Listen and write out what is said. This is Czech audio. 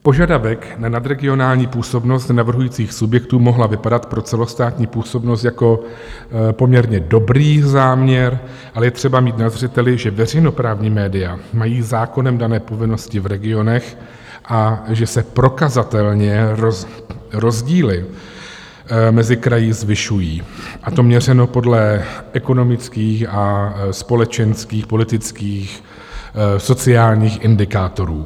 Požadavek na nadregionální působnost navrhujících subjektů mohl vypadat pro celostátní působnost jako poměrně dobrý záměr, ale je třeba mít na zřeteli, že veřejnoprávní média mají zákonem dané povinnosti v regionech a že se prokazatelně rozdíly mezi kraji zvyšují, a to měřeno podle ekonomických a společenských, politických, sociálních indikátorů.